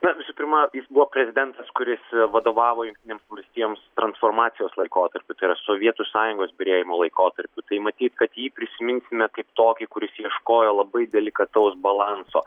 na visų pirma jis buvo prezidentas kuris vadovavo jungtinėms valstijoms transformacijos laikotarpiu tai yra sovietų sąjungos byrėjimo laikotarpiu tai matyt kad jį prisiminsime kaip tokį kuris ieškojo labai delikataus balanso